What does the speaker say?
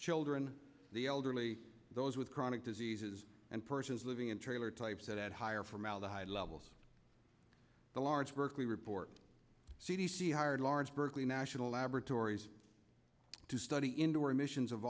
children the elderly those with chronic diseases and persons living in trailer types at higher formaldehyde levels the large berkeley report c d c hired lawrence berkeley national laboratories to study indoor emissions of